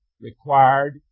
required